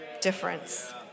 difference